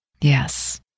Yes